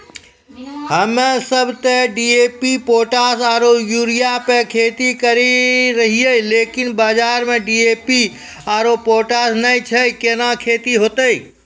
हम्मे सब ते डी.ए.पी पोटास आरु यूरिया पे खेती करे रहियै लेकिन बाजार मे डी.ए.पी आरु पोटास नैय छैय कैना खेती होते?